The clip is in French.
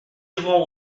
irons